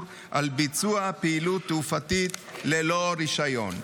על ביצוע הפעילות תעופתית ללא רישיון.